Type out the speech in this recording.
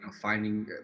finding